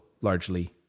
largely